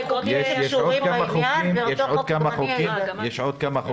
--- קשורים לעניין ואותו חוק --- יש עוד כמה חוקים.